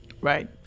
Right